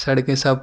سڑکیں سب